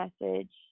message